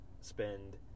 spend